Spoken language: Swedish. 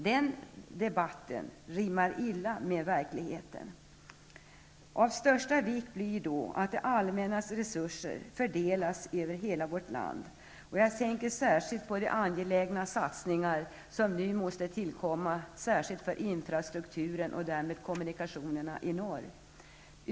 Den debatten rimmar illa med verkligheten. Det blir då av största vikt att det allmännas resurser fördelas över hela vårt land. Jag tänker särskilt på de angelägna satsningar som nu måste tillkomma, framför allt för infrastrukturen och därmed kommunikationerna i norr.